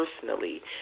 personally